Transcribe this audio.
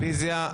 רוויזיה.